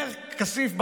אומר כסיף,